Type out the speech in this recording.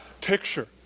picture